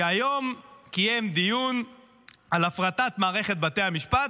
שהיום קיים דיון על הפרטת מערכת בתי המשפט,